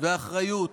ואחריות